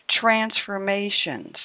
transformations